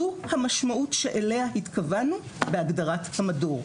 זו המשמעות אליה התכוונו בהגדרת המדור.